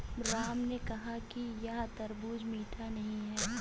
राम ने कहा कि यह तरबूज़ मीठा नहीं है